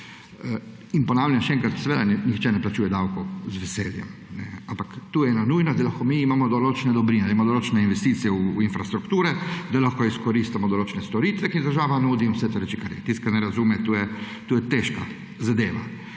Ponavljam še enkrat, nihče ne plačuje davkov z veseljem, ampak to je nujno, da lahko mi imamo določene dobrine, da imamo določene investicije v infrastrukturi, da lahko izkoristimo določene storitve, ki jih država nudi in vse te reči. Tisti, ki ne razume, to je težka zadeva.